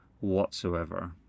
whatsoever